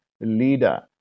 leader